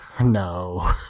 No